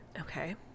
Okay